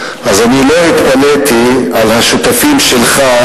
אז אני לא התפלאתי על השותפים שלך